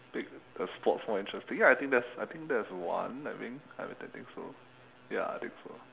make the sports more interesting ya I think that's I think that's one I I think so ya I think so